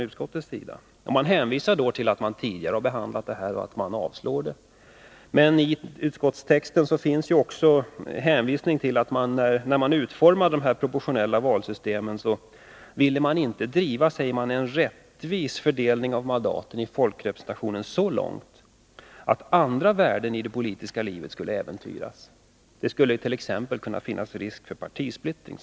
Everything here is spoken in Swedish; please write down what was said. Utskottet hänvisar till att det tidigare behandlat detta krav och avstyrkt detsamma. Men i utskottsbetänkandet finns även hänvisningar till att man vid utformningen av det proportionella valsystemet inte ville driva en rättvis fördelning av mandaten i folkrepresentationen så långt att andra värden i det politiska livet skulle kunna äventyras. Det skulle t.ex. kunna medföra partisplittring.